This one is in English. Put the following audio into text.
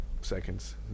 seconds